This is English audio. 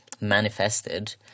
manifested